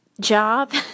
job